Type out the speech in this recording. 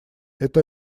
это